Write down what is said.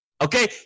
okay